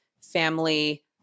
family